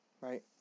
right